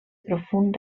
profund